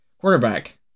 quarterback